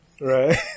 Right